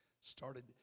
started